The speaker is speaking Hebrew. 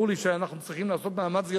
וברור לי שאנחנו צריכים לעשות מאמץ גדול.